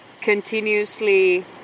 continuously